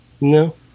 No